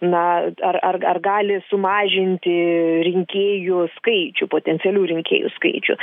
na ar ar ar gali sumažinti rinkėjų skaičių potencialių rinkėjų skaičių